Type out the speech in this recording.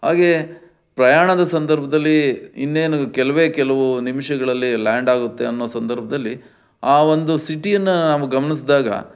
ಹಾಗೇ ಪ್ರಯಾಣದ ಸಂದರ್ಭದಲ್ಲಿ ಇನ್ನೇನು ಕೆಲವೇ ಕೆಲವು ನಿಮಿಷಗಳಲ್ಲಿ ಲ್ಯಾಂಡ್ ಆಗುತ್ತೆ ಅನ್ನೋ ಸಂದರ್ಭದಲ್ಲಿ ಆ ಒಂದು ಸಿಟೀನ ನಾವು ಗಮನಿಸ್ದಾಗ